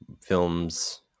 films